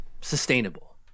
sustainable